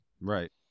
Right